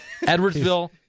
Edwardsville